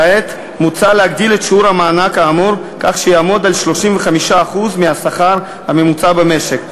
כעת מוצע להגדיל את שיעור המענק האמור כך שיהיה 35% מהשכר הממוצע במשק.